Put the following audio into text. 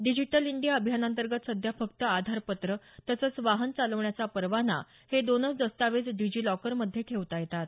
digital India अभियानांतर्गत सध्या फक्त आधारपत्र तसंच वाहन चालवण्याचा परवाना हे दोनच दस्तावेज डिजिलॉकरमध्ये ठेवता येतात